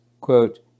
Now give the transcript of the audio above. quote